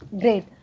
Great